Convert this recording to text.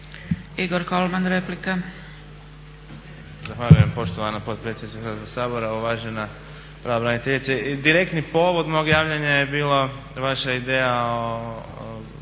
Igor Kolman replika.